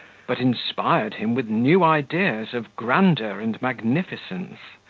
but inspired him with new ideas of grandeur and magnificence,